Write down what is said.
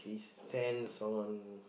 stance on